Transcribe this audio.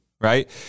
right